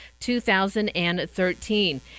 2013